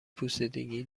پوسیدگی